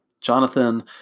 Jonathan